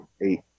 eight